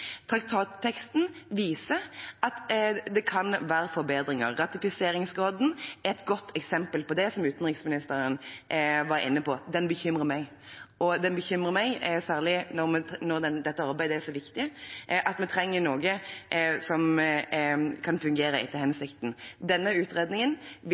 Traktatteksten viser at det kan være forbedringer. Ratifiseringsgraden er et godt eksempel på det, som utenriksministeren var inne på. Den bekymrer meg, og den bekymrer meg særlig når dette arbeidet er så viktig – vi trenger noe som kan fungere etter hensikten. Denne utredningen vil